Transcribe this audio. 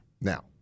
Now